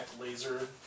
laser